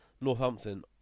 Northampton